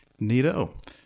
neato